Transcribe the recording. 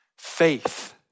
faith